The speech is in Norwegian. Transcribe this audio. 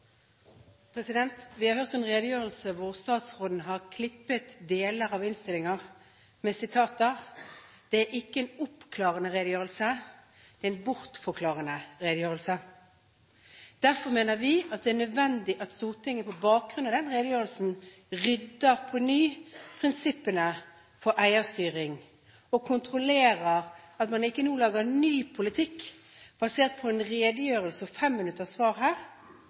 Vi har hørt en redegjørelse hvor statsråden har klippet sitater fra bl.a. innstillinger. Det er ikke en oppklarende redegjørelse, det er en bortforklarende redegjørelse. Derfor mener vi det er nødvendig at Stortinget, på bakgrunn av denne redegjørelsen, på ny rydder opp i prinsippene for eierstyring og kontrollerer at man ikke nå lager ny politikk basert på en redegjørelse og et 5-minutters svar her,